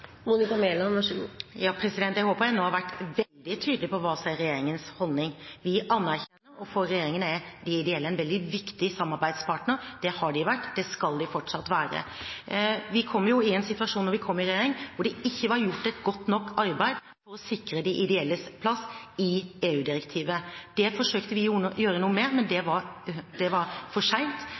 Jeg håper jeg nå har vært veldig tydelig på hva som er regjeringens holdning. Vi anerkjenner dem, og for regjeringen er de ideelle en veldig viktig samarbeidspartner – det har de vært, og det skal de fortsatt være. Da vi kom i regjering, opplevde vi en situasjon der det ikke var gjort et godt nok arbeid for å sikre de ideelles plass i EU-direktivet. Det forsøkte vi å gjøre noe med, men det var for sent, og det vi da gjorde, var